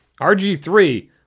RG3